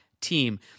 team